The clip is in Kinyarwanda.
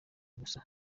gusa